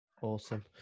Awesome